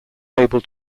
able